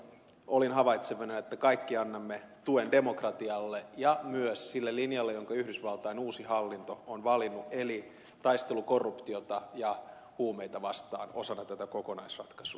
olin havaitsevinani että kaikki annamme tuen demokratialle ja myös sille linjalle jonka yhdysvaltain uusi hallinto on valinnut eli taistelulle korruptiota ja huumeita vastaan osana tätä kokonaisratkaisua